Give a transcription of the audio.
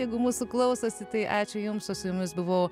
jeigu mūsų klausosi tai ačiū jums o su jumis buvau